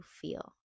feel